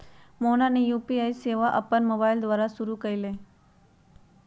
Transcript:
मोहना ने यू.पी.आई सेवा अपन मोबाइल द्वारा शुरू कई लय